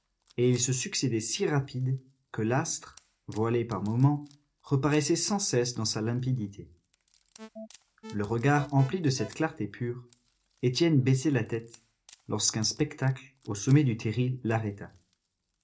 et ils se succédaient si rapides que l'astre voilé par moments reparaissait sans cesse dans sa limpidité le regard empli de cette clarté pure étienne baissait la tête lorsqu'un spectacle au sommet du terri l'arrêta